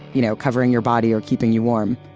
you know, covering your body, or keeping you warm.